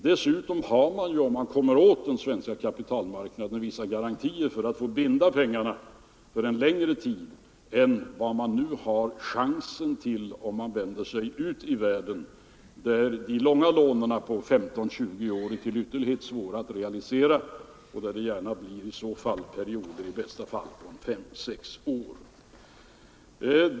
Dessutom har man ju —- om man kommer åt den svenska kapitalmarknaden — vissa garantier för att få binda pengarna för en längre tid än vad man har chansen till om man vänder sig ut i världen, där de långa lånen på 15-20 år är till ytterlighet svåra att realisera och där det gärna blir perioder om i bästa fall 5-6 år.